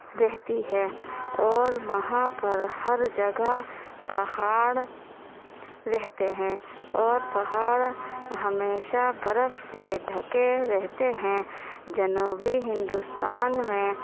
رہتی ہے اور وہاں پر ہر جگہ پہاڑ رہتے ہیں اور پہاڑ ہمیشہ برف سے ڈھکے رہتے ہیں جنوبی ہندوستان میں